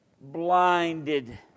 Blinded